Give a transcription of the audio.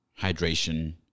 hydration